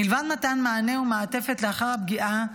מלבד מתן מענה ומעטפת לאחר הפגיעה,